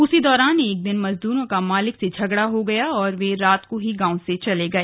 उसी दौरान एक दिन मजदूरों का मालिक से झगड़ा हो गया और वे उसे छोड़ कर रात को ही गांव से चले गए